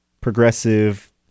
progressive